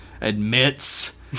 Admits